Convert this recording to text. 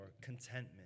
contentment